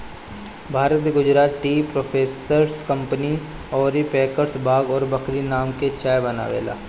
भारत में Gujarat tea processors company अउर packers Bagh और बकरी नाम से चाय बनावेला